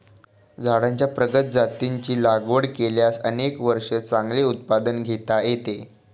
झाडांच्या प्रगत जातींची लागवड केल्यास अनेक वर्षे चांगले उत्पादन घेता येते